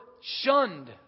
shunned